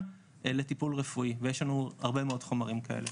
לטיפול רפואי ויש לנו הרבה מאוד חומרים כאלה.